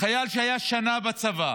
חייל שהיה שנה בצבא